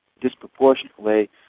disproportionately